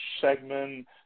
segment